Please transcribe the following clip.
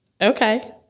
okay